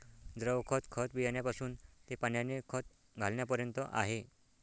द्रव खत, खत बियाण्यापासून ते पाण्याने खत घालण्यापर्यंत आहे